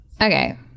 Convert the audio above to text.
Okay